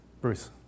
Bruce